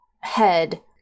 head